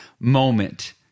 moment